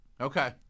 Okay